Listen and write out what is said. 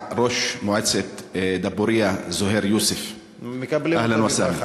כול מתכבד להזמין את שר הבינוי והשיכון יואב גלנט לעלות לכאן